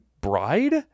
bride